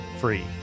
free